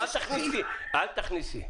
אל תכניסי.